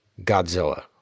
Godzilla